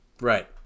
right